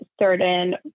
certain